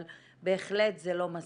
אבל בהחלט זה לא מספיק,